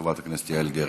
חברת הכנסת יעל גרמן.